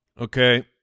Okay